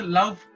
love